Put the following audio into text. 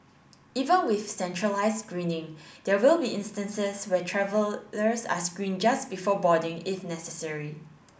even with centralised screening there will be instances where travellers are screened just before boarding if necessary